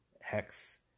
Hex